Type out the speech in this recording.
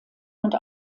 und